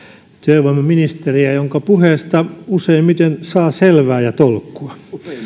työvoimaministeriä jonka puheesta useimmiten saa selvää ja tolkkua